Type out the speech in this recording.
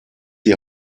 die